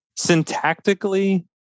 Syntactically